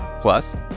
Plus